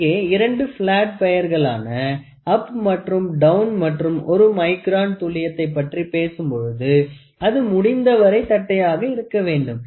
இங்கே இரண்டு பிளாட் பெயர்களான அப் மற்றும் டவுன் மற்றும் ஒரு மைக்ரான் துல்லியத்தை பற்றி பேசும்பொழுது அது முடிந்த வரை தட்டையாக இருக்க வேண்டும்